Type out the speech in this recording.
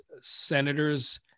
senators